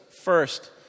first